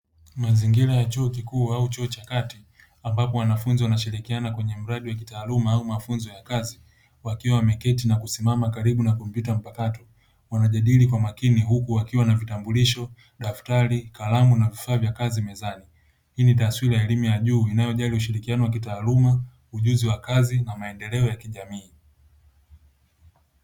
Mazingira ya chuo kikuu au chuo cha kati ambapo wanafunzi wanashirikiana kwenye mradi wa kitaaluma ama mafunzo ya kazi wakiwa wameketi na wengine kusimama, wakijadili kwa makini huku wakiwa na vitambulisho, daftari na vifaa vya kazi mezani. Hii ni taswira ya elimu ya juu inayojali ushirikiano wa kitaaluma, ujuzi wa kazi na maendeleo ya kijamii.